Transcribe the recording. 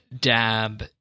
dab